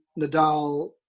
Nadal